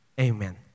Amen